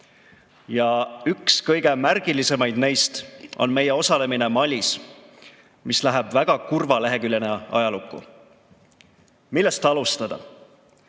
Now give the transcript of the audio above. saa. Üks kõige märgilisemaid neist on meie osalemine Malis, mis läheb ajalukku väga kurva leheküljena. Millest alustada?